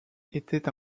était